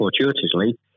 fortuitously